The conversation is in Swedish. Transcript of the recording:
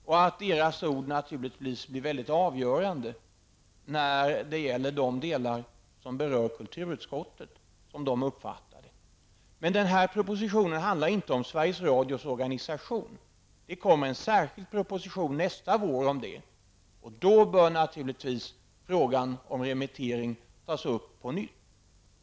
Kulturutskottets ställningstagande blir naturligtvis avgörande när det gäller de delar som kulturutskottet uppfattar hör till kulturutskottets område. Men den här propositionen handlar inte om Sveriges Radios organisation. Nästa vår kommer det en särskild propositionen om den saken. Då bör naturligtvis frågan om remittering tas upp på nytt.